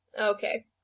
Okay